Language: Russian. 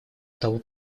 того